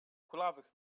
kulawych